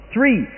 Three